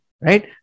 right